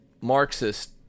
Marxist